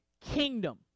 kingdom